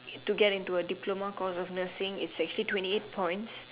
to get into a diploma course for nursing is twenty eight points